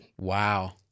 Wow